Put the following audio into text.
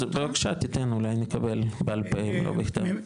אז בבקשה, תיתן, אולי נקבל בעל פה, אם לא בכתב.